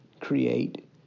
create